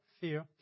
fear